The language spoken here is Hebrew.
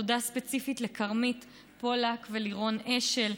תודה ספציפית לכרמית פולק ולירון אשל.